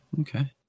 okay